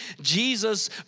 Jesus